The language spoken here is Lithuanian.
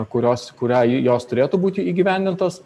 kurios kurią jos turėtų būti įgyvendintos